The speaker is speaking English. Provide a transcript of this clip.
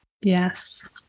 Yes